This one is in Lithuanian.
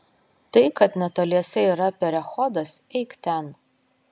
tai kad netoliese yra perechodas eik ten